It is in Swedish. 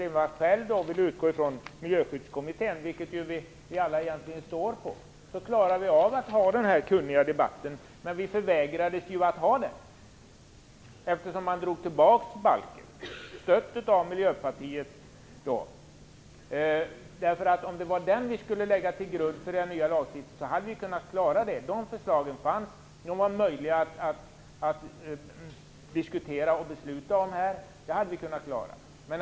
Jag tror således att om man utgår från det förslag som Gudrun Lindvall själv vill utgå ifrån kan vi klara av att föra en kunnig debatt. Men vi förvägrades att ha den, eftersom förslaget till miljöbalk drogs tillbaka. Detta stöddes av Miljöpartiet. Om det var den vi skulle lägga till grund för den nya lagstiftningen skulle vi ha kunnat klara det. De förslagen fanns, och det var möjligt att diskutera och fatta beslut om dem. Det hade vi kunnat klara.